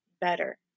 better